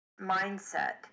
mindset